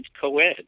co-ed